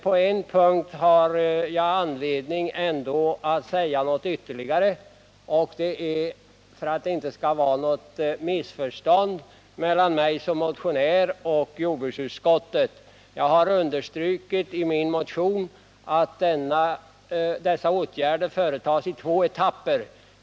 På en punkt har jag dock anledning att göra ett tillägg för att det inte skall råda något missförstånd mellan mig som motionär och jordbruksutskottet. Jag har i min motion understrukit att dessa åtgärder bör företas i två etapper.